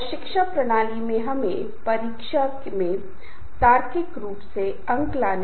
अनौपचारिक समूह रुचि समूह मैत्री समूह या संदर्भ समूह का रूप ले सकते हैं